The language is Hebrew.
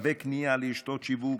תווי קנייה לרשתות שיווק,